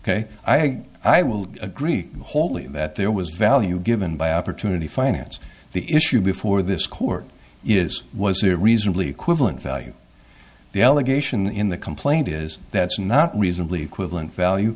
ok i i will agree wholly that there was value given by opportunity finance the issue before this court is was a reasonably equivalent value the allegation in the complaint is that's not reasonably equivalent value